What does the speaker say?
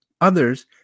Others